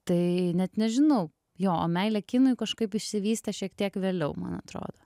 tai net nežinau jo o meilė kinui kažkaip išsivystė šiek tiek vėliau man atrodo